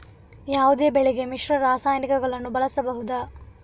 ಯಾವುದೇ ಬೆಳೆಗೆ ಮಿಶ್ರ ರಾಸಾಯನಿಕಗಳನ್ನು ಬಳಸಬಹುದಾ?